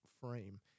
frame